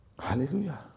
hallelujah